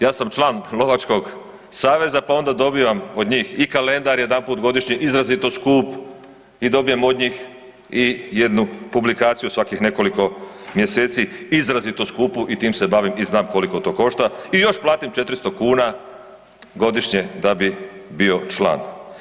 Ja sam član Lovačkog saveza pa onda dobivam od njih i kalendar jedanput godišnje izrazito skup i dobijem od njih jednu publikaciju svakih nekoliko mjeseci izrazito skupu i tim se bavim i znam koliko to košta i još platim 400 kuna godišnje da bi bio član.